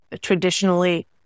traditionally